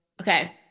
okay